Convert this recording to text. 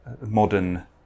modern